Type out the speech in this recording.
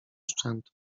szczętu